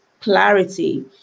clarity